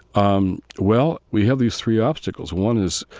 um well, we have these three obstacles. one is,